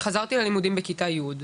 חזרתי ללימודים בכיתה י׳,